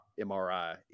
MRI